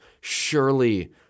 Surely